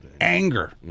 anger